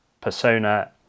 Persona